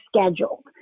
schedule